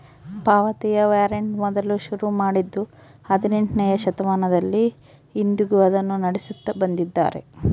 ಪಾವತಿಯ ವಾರಂಟ್ ಮೊದಲು ಶುರು ಮಾಡಿದ್ದೂ ಹದಿನೆಂಟನೆಯ ಶತಮಾನದಲ್ಲಿ, ಇಂದಿಗೂ ಅದನ್ನು ನಡೆಸುತ್ತ ಬಂದಿದ್ದಾರೆ